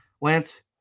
Lance